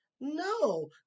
No